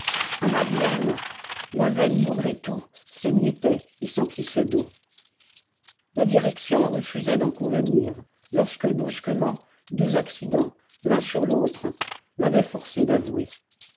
à madeleine la veine maugrétout s'émiettait et s'emplissait d'eau la direction refusait d'en convenir lorsque brusquement deux accidents l'un sur l'autre l'avaient forcée d'avouer